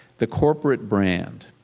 the corporate brand.